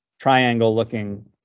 triangle-looking